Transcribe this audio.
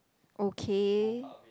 okay